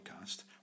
Podcast